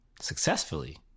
successfully